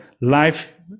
life